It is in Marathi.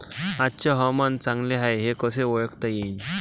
आजचे हवामान चांगले हाये हे कसे ओळखता येईन?